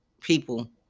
people